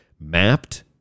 mapped